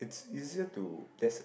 it's easier to